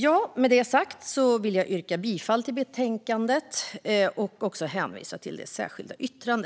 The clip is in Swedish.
Jag yrkar bifall till förslaget i betänkandet och hänvisar till vårt särskilda yttrande.